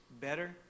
better